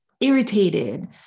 irritated